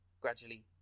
gradually